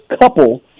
couple